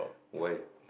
why